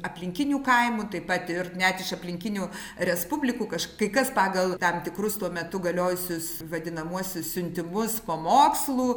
aplinkinių kaimų taip pat ir net iš aplinkinių respublikų kažk kai kas pagal tam tikrus tuo metu galiojusius vadinamuosius siuntimus po mokslų